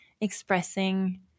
expressing